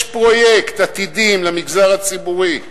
יש פרויקט "עתידים" למגזר הציבורי,